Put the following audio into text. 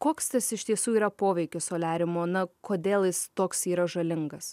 koks tas iš tiesų yra poveikis soliariumo na kodėl jis toks yra žalingas